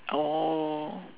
oh